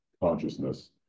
consciousness